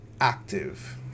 active